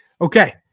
okay